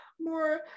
more